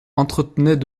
entretenait